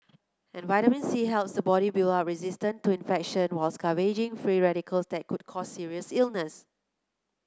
and vitamin C helps the body build up resistance to infection while scavenging free radicals that could cause serious illness